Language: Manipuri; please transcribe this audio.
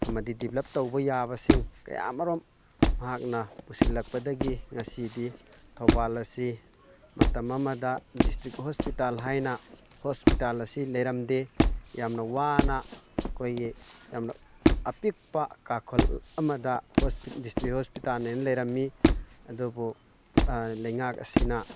ꯑꯃꯗꯤ ꯗꯤꯕꯂꯞ ꯇꯧꯕ ꯌꯥꯕꯁꯤꯡ ꯀꯌꯥꯃꯔꯨꯝ ꯃꯍꯥꯛꯅ ꯄꯨꯁꯤꯜꯂꯛꯄꯗꯒꯤ ꯉꯁꯤꯗꯤ ꯊꯧꯕꯥꯜ ꯑꯁꯤ ꯃꯇꯝ ꯑꯃ ꯗꯤꯁꯇ꯭ꯔꯤꯛ ꯍꯣꯁꯄꯤꯇꯥꯜ ꯍꯥꯏꯅ ꯍꯣꯁꯄꯤꯇꯥꯜ ꯑꯁꯤ ꯂꯩꯔꯝꯗꯦ ꯌꯥꯝꯅ ꯋꯥꯅ ꯑꯩꯈꯣꯏꯒꯤ ꯌꯥꯝꯅ ꯑꯄꯤꯛꯄ ꯀꯥꯈꯜ ꯑꯃꯗ ꯗꯤꯁꯇ꯭ꯔꯤꯛ ꯍꯣꯁꯄꯤꯇꯥꯜꯅꯦꯅ ꯂꯩꯔꯝꯃꯤ ꯑꯗꯨꯕꯨ ꯂꯩꯉꯥꯛ ꯑꯁꯤꯅ